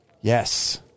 Yes